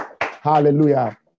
Hallelujah